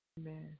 Amen